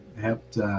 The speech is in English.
helped